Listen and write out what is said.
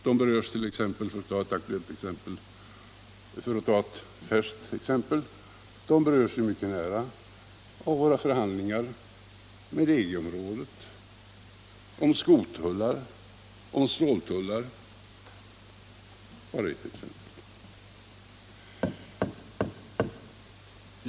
Såsom ett färskt exempel kan jag nämna att de berörs av våra förhandlingar med EG-området, av skotullar och av ståltullar.